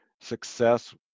success